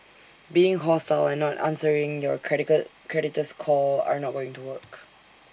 being hostile and not answering your creditor's call are not going to work